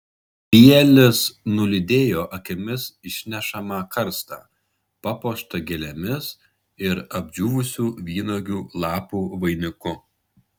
bielis nulydėjo akimis išnešamą karstą papuoštą gėlėmis ir apdžiūvusių vynuogių lapų vainiku